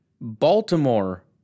Baltimore